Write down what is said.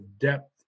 depth